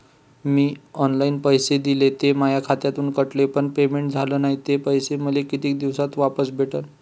मीन online पैसे दिले, ते माया खात्यातून कटले, पण पेमेंट झाल नायं, ते पैसे मले कितीक दिवसात वापस भेटन?